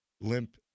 limp